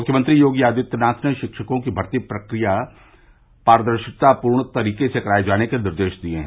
मख्यमंत्री योगी आदित्यनाथ ने शिक्षकों की भर्ती परीक्षा पारदर्शितापूर्ण तरीके से कराये जाने के निर्देश दिये हैं